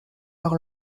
leur